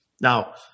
Now